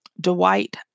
Dwight